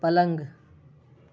پلنگ